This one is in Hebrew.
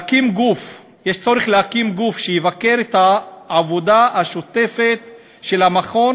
צריך להקים גוף שיבקר את העבודה השוטפת של המכון